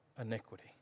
iniquity